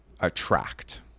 attract